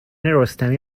رستمی